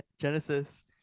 Genesis